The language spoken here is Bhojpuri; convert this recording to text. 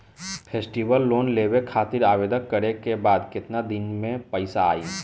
फेस्टीवल लोन लेवे खातिर आवेदन करे क बाद केतना दिन म पइसा आई?